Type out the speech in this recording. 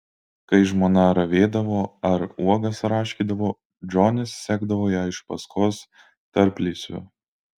kai žmona ravėdavo ar uogas raškydavo džonis sekdavo ją iš paskos tarplysviu